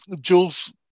jules